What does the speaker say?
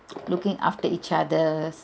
looking after each others